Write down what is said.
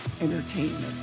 entertainment